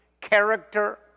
character